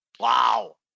Wow